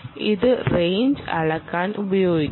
ഇത് റേഞ്ച് അളക്കാൻ ഉപയോഗിക്കാം